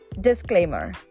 Disclaimer